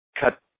cut